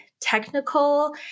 technical